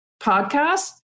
podcast